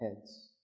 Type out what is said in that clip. heads